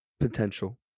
potential